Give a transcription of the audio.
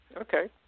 Okay